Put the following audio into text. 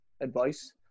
advice